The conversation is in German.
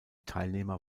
teilnehmer